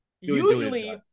Usually